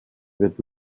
wird